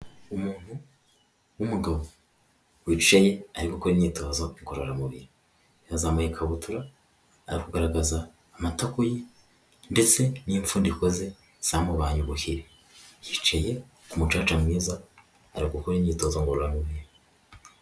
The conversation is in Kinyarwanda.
Umuntu w'umugabo wicaye ari gukora imyitozo ngororamubiri, yazamuye ikabutura ari kugaragaza amatako ye ndetse n'imfundiko ze zamubanye ubuhiri, yicaye ku mucaca mwiza, ari gukora imyitozo ngororamubiri.